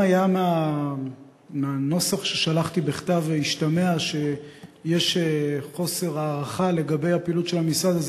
אם מהנוסח ששלחתי בכתב השתמע שיש חוסר הערכה לגבי הפעילות של המשרד,